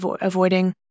avoiding